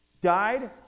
died